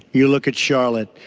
you look at charlotte,